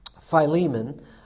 Philemon